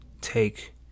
take